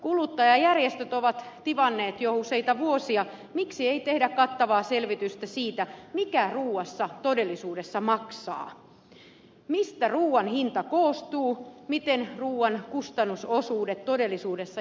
kuluttajajärjestöt ovat tivanneet jo useita vuosia miksi ei tehdä kattavaa selvitystä siitä mikä ruuassa todellisuudessa maksaa mistä ruuan hinta koostuu miten ruuan kustannusosuudet todellisuudessa jakautuvat